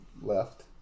left